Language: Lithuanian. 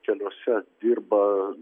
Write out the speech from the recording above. keliuose dirba